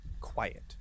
quiet